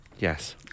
Yes